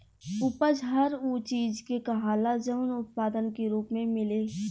उपज हर उ चीज के कहाला जवन उत्पाद के रूप मे मिले